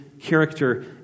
character